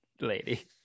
lady